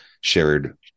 shared